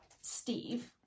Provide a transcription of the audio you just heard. Steve